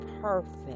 perfect